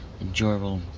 enjoyable